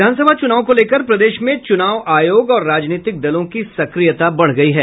विधानसभा चूनाव को लेकर प्रदेश में चूनाव आयोग और राजनीतिक दलों की सक्रियता बढ़ गई है